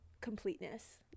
completeness